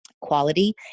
quality